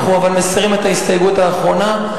אבל אנחנו מסירים את ההסתייגות האחרונה.